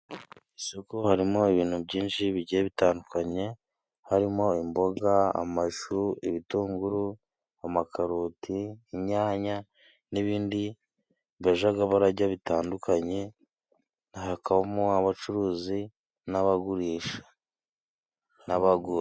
Isoku harimo ibintu byinshi bigiye bitandukanye harimo imboga, amashu, ibitunguru, amakaroti, inyanya, n'ibindi bajaga barajya bitandukanye, hakabamo abacuruzi, n'abagurisha, n'abagura.